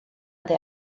oddi